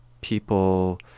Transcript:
people